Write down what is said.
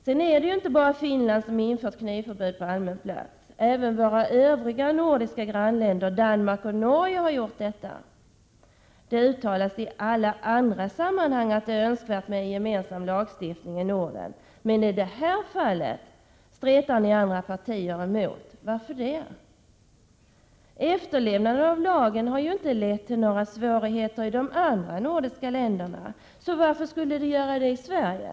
Det är inte bara Finland som infört knivförbud på allmän plats. Även våra nordiska grannländer Danmark och Norge har gjort detta. Det uttalas i alla andra sammanhang att det är önskvärt med en gemensam lagstiftning i Norden. Men i detta fall stretar ni andra partier emot. Varför gör ni det? Tillämpningen av lagen har inte lett till några svårigheter i de andra nordiska länderna, så varför skulle det bli svårigheter i Sverige?